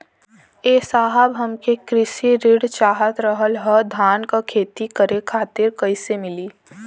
ए साहब हमके कृषि ऋण चाहत रहल ह धान क खेती करे खातिर कईसे मीली?